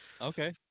Okay